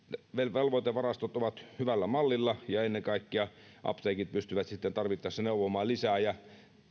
velvoitevarastot ovat hyvällä mallilla ja ennen kaikkea apteekit pystyvät sitten tarvittaessa neuvomaan lisää ja